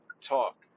talk